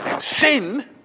Sin